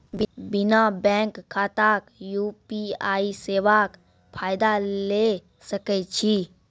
बिना बैंक खाताक यु.पी.आई सेवाक फायदा ले सकै छी?